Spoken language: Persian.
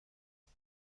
کنم